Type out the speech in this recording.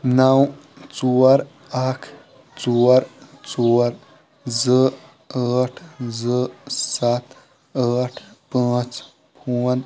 نَو ژور اکھ ژور ژور زٕ ٲٹھ زٕ سَتھ ٲٹھ پانٛژھ فون